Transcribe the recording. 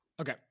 Okay